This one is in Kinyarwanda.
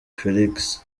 felix